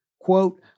Quote